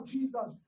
Jesus